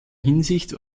hinsicht